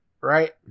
right